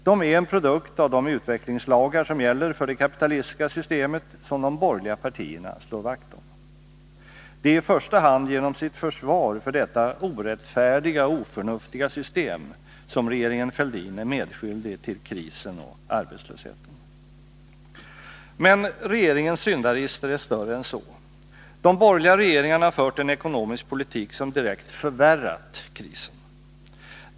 De är en produkt av de utvecklingslagar som gäller för det kapitalistiska systemet, som de borgerliga partierna slår vakt om. Det är i första hand genom sitt försvar för detta orättfärdiga och oförnuftiga system som regeringen Fälldin är medskyldig till krisen och arbetslösheten. Men regeringens syndaregister är större än så. De borgerliga regeringarna har fört en ekonomisk politik som direkt förvärrat krisen.